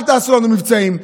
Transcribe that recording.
אל תעשו לנו מבצעים.